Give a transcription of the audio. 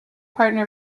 partner